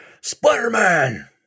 Spider-Man